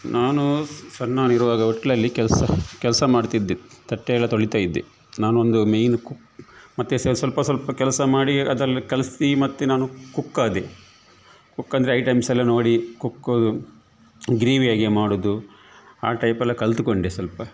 ನಾನು ಸಣ್ಣವನಿರುವಾಗ ಹೋಟ್ಲಲ್ಲಿ ಕೆಲಸ ಕೆಲಸ ಮಾಡ್ತಿದ್ದೆ ತಟ್ಟೆಯೆಲ್ಲ ತೊಳಿತ ಇದ್ದೆ ನಾನೊಂದು ಮೇಯ್ನ್ ಕುಕ್ ಮತ್ತು ಸ್ವಲ್ಪ ಸ್ವಲ್ಪ ಸ್ವಲ್ಪ ಕೆಲಸ ಮಾಡಿ ಮಾಡಿ ಅದಲ್ಲಿ ಕಲಸಿ ಮತ್ತು ನಾನು ಕುಕ್ ಆದೆ ಕುಕ್ ಅಂದರೆ ಐಟಮ್ಸ್ ಎಲ ನೋಡಿ ಕುಕ್ ಅದು ಗ್ರೇವಿ ಹೇಗೆ ಮಾಡುದು ಆ ಟೈಪೆಲ ಕಲಿತ್ಕೊಂಡೆ ಸ್ವಲ್ಪ